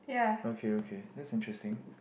okay okay that's interesting